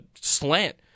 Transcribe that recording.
slant